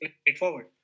straightforward